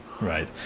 Right